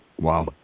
wow